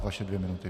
Vaše dvě minuty.